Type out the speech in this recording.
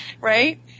right